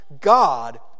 God